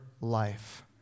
life